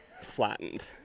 flattened